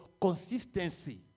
consistency